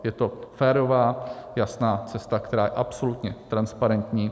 Je to férová jasná cesta, která je absolutně transparentní.